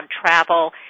travel